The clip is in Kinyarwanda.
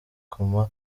koma